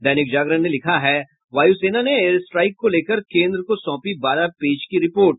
दैनिक जागरण ने लिखा है वायू सेना ने एयर स्ट्राइक को लेकर केन्द्र को सौंपी बारह पेज की रिपोर्ट